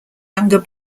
younger